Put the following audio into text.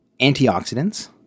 antioxidants